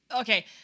Okay